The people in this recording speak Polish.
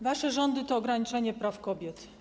Wasze rządy to ograniczanie praw kobiet.